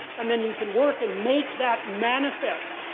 and then you can work and make that manifest.